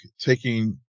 taking